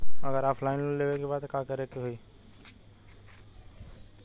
अगर offline loan लेवे के बा त का करे के होयी?